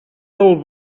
del